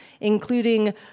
including